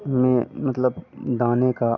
में मतलब दाने का